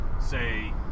Say